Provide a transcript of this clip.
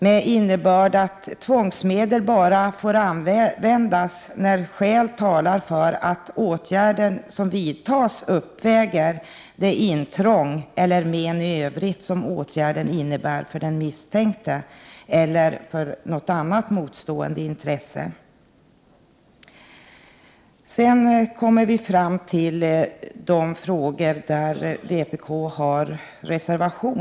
Det innebär att tvångsmedel får användas endast när skäl talar för att den åtgärd som vidtas uppväger det intrång eller men i övrigt som åtgärden innebär för den misstänkte eller för något annat motstående intresse. Jag skall ta upp några områden där vpk har reserverat sig.